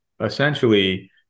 essentially